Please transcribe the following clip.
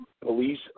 Police